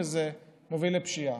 וזה מוביל לפשיעה.